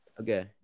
Okay